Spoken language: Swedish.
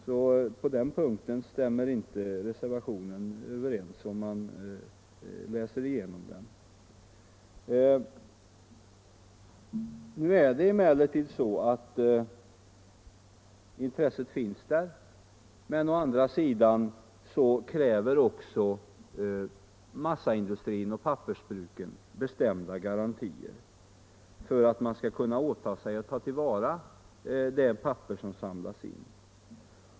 Om man läser igenom reservationen finner man att vad som sägs på den punkten inte stämmer överens med det övriga resonemanget. Nu är det så att intresset finns där. Men å andra sidan kräver också massaindustrin och pappersbruken bestämda garantier för att man skall kunna åta sig att ta till vara det papper som samlas in.